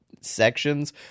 sections